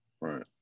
right